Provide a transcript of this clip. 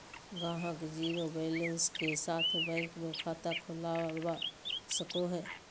ग्राहक zero balance के साथ बैंक मे खाता खोलवा सको हय